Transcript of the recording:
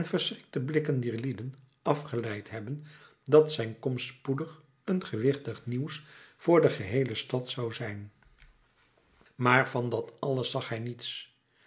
verschrikte blikken dier lieden afgeleid hebben dat zijn komst spoedig een gewichtig nieuws voor de geheele stad zou zijn maar van dat alles zag hij niets